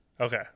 Okay